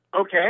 Okay